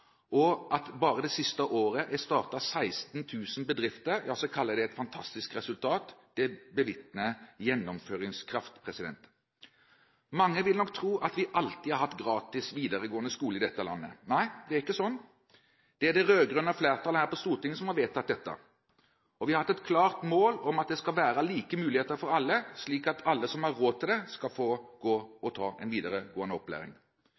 at det bare det siste året er startet 16 000 bedrifter, så kaller jeg det et fantastisk resultat. Det bevitner gjennomføringskraft. Mange vil nok tro at vi alltid har hatt gratis videregående skole i dette landet. Nei, det er ikke sånn. Det er det rød-grønne flertallet her på Stortinget som har vedtatt dette, og vi har hatt et klart mål om at det skal være like muligheter for alle, slik at alle som har råd til det, skal få gå og ta en videregående opplæring.